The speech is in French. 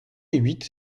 huit